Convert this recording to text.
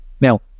Now